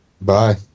bye